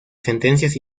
sentencias